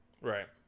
Right